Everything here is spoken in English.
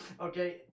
Okay